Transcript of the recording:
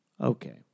Okay